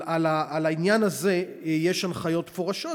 על העניין הזה יש הנחיות מפורשות,